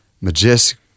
majestic